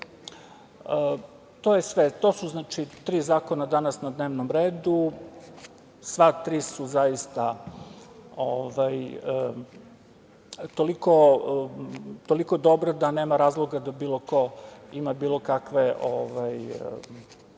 je sve. To su, znači, tri zakona danas na dnevnom redu. Sva tri su zaista toliko dobra da nema razloga da bilo ko ima bilo kakve